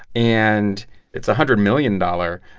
and it's a hundred million-dollar